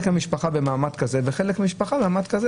מהמשפחה הוא במעמד מסוים וחלק מהמשפחה במעמד אחר.